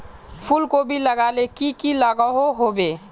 फूलकोबी लगाले की की लागोहो होबे?